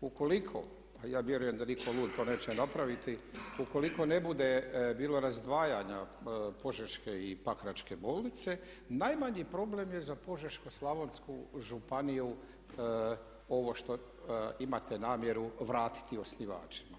ukoliko a ja vjerujem da nitko lud to neće napraviti, ukoliko ne bude bilo razdvajanja Požeške i Pakračke bolnice najmanji problem je za Požeško-slavonsku županiju ovo što imate namjeru vratiti osnivačima.